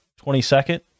22nd